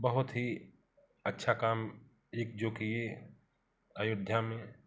बहुत ही अच्छा काम योगी जी किए अयोध्या में